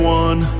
one